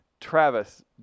Travis